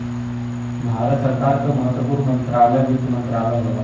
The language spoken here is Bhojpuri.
भारत सरकार क महत्वपूर्ण मंत्रालय वित्त मंत्रालय होला